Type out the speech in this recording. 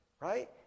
right